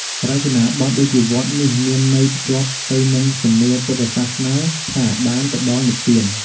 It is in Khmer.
រចនាបទដូចជាវត្តនេះមានន័យភ្ជាប់ទៅនឹងជំនឿពុទ្ធសាសនាថាបានទៅដល់និព្វាន។